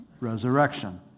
resurrection